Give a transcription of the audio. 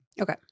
Okay